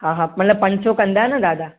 हा हा मतिलबु पंज सौ कंदा न दादा